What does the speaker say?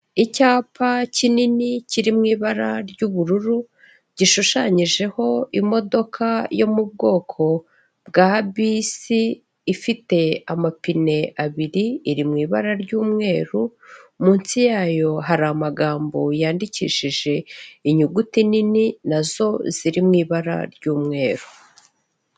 Icyapa kinini kiri mu ibara ry'ubururu, gishushanyijeho imodoka yo mu bwoko bwa bisi, ifite amapine abiri, iri mu ibara ry'umweru, munsi yayo hari amagambo yandikishije inyuguti nini, nazo ziri mu ibara ry'umweru.